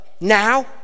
now